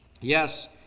Yes